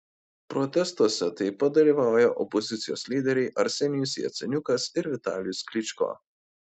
protestuose taip pat dalyvauja opozicijos lyderiai arsenijus jaceniukas ir vitalijus klyčko